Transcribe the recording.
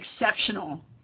exceptional